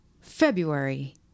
February